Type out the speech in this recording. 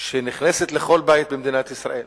שנכנסת לכל בית במדינת ישראל